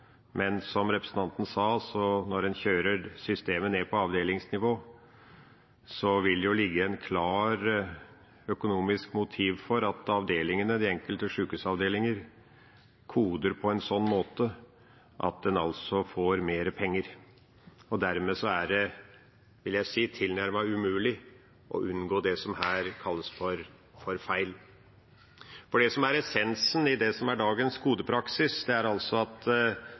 men som representanten sa: Når en kjører systemet ned på avdelingsnivå, vil det ligge et klart økonomisk motiv for at de enkelte sjukehusavdelingene koder på en slik måte at de får mer penger. Dermed er det – vil jeg si – tilnærmet umulig å unngå det som her kalles feil. For det som er essensen i det som er dagens kodepraksis, er at det